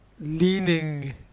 leaning